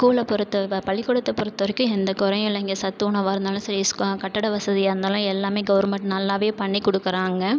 ஸ்கூலை பொறுத்த பள்ளிக்கூடத்தை பொறுத்தவரைக்கும் எந்த குறையும் இல்லைங்க சத்துணவாக இருந்தாலும் சரி கட்டிட வசதியாக இருந்தாலும் எல்லாமே கவர்மெண்ட் நல்லாவே பண்ணிகொடுக்கறாங்க